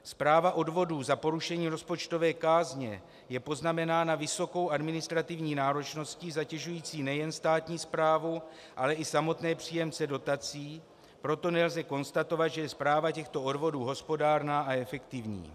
Správa odvodů za porušení rozpočtové kázně je poznamenána vysokou administrativní náročností zatěžující nejen státní správu, ale i samotné příjemce dotací, proto nelze konstatovat, že je správa těchto odvodů hospodárná a efektivní.